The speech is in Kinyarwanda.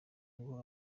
ngo